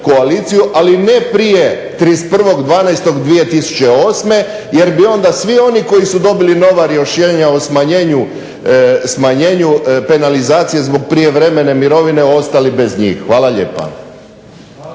ali ne prije 31.12.2008. jer bi svi oni koji su dobili nova rješenja o smanjenju penalizacije zbog prijevremene mirovine ostali bez njih. Hvala lijepa.